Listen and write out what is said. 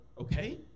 okay